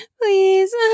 Please